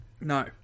No